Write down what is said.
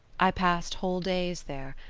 i passed whole days there,